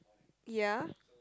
ya